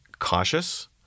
cautious